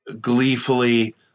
gleefully